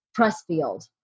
Pressfield